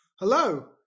Hello